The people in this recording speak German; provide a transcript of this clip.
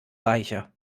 reicher